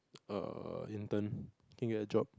err intern can you add drop